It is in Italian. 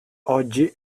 oggi